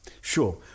Sure